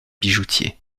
bijoutier